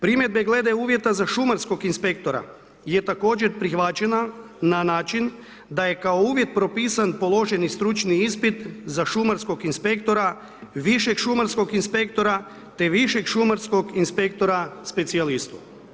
Primjedbe glede uvjeta za šumarskog inspektora, je također prihvaćena na način da je kao uvjet propisan položeni stručni ispit za šumarskog inspektora, višeg šumarskog inspektora, te višeg šumarskog inspektora specijalistu.